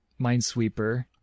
Minesweeper